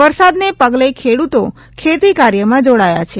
વરસાદના પગલે ખેડૂતો ખેતી કાર્યમાં જોડાયા છે